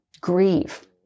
grieve